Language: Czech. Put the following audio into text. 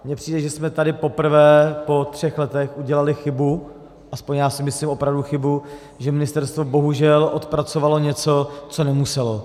Mně přijde, že jsme tady poprvé po třech letech udělali chybu, aspoň já si myslím opravdu chybu, že ministerstvo bohužel odpracovalo něco, co nemuselo.